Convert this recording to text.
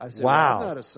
Wow